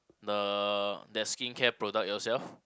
the their skincare product yourself